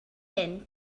hyn